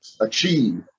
achieve